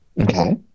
Okay